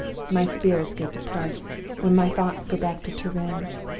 my spirits get depressed, when my thoughts go back to turin.